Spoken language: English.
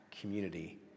community